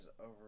over